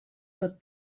tot